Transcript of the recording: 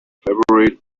february